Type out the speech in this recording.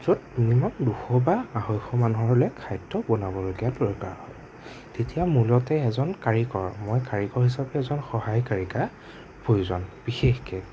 য'ত মিনিমাম দুশ বা আঢ়ৈশ মানুহলে খাদ্য বনাবলগীয়া দৰকাৰ হয় তেতিয়া মূলতে এজন কাৰিকৰ মই কাৰিকৰ হিচাপে এজন সহায়কাৰীকা প্ৰয়োজন বিশেষকে